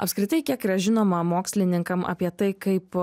apskritai kiek yra žinoma mokslininkam apie tai kaip